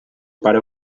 pare